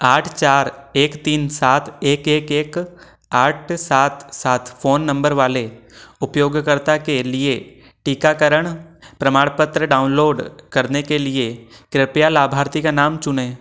आठ चार एक तीन सात एक एक एक आठ सात सात फ़ोन नम्बर वाले उपयोगकर्ता के लिए टीकाकरण प्रमाणपत्र डाउनलोड करने के लिए कृपया लाभार्थी का नाम चुनें